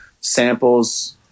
samples